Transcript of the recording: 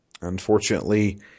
Unfortunately